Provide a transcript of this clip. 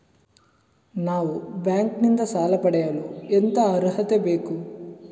ನಾವು ಬ್ಯಾಂಕ್ ನಿಂದ ಸಾಲ ಪಡೆಯಲು ಎಂತ ಅರ್ಹತೆ ಬೇಕು?